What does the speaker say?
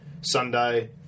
Sunday